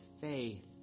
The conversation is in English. faith